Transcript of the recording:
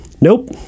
Nope